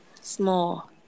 Small